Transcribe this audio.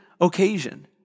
occasion